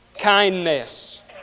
kindness